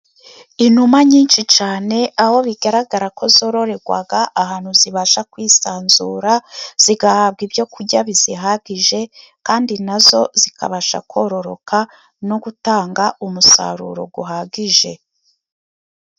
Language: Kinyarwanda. Inuma nyinshi cyane aho bigaragara ko zororerwa ahantu zibasha kwisanzura, zigahabwa ibyo kurya bizihagije, kandi na zo zikabasha kororoka no gutanga umusaruro uhagije.